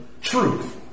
truth